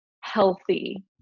healthy